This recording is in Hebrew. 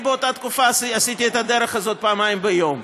אני באותה תקופה עשיתי את הדרך הזאת פעמיים ביום